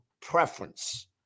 preference